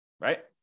right